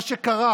מה שקרה